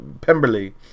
pemberley